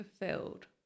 fulfilled